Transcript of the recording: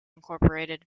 incorporated